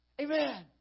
Amen